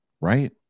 Right